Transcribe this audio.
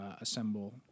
assemble